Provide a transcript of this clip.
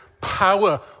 power